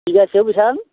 बिघासेयाव बेसेबां